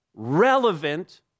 Relevant